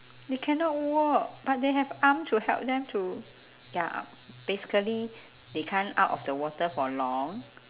they cannot walk but they have arm to help them to ya basically they can't out of the water for long